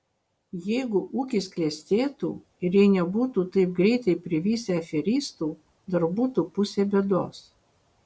jeigu ūkis klestėtų ir jei nebūtų taip greitai privisę aferistų dar būtų pusė bėdos